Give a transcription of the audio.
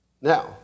Now